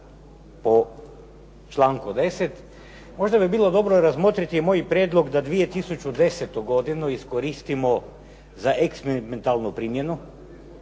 po članku 10. Možda bi bilo dobro razmotriti moj prijedlog da 2010. godinu iskoristimo za eksperimentalnu primjenu,